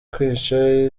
kwica